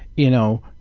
you know,